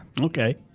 Okay